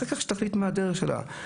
אחר כך שתחליט מה הדרך שלה.